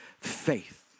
faith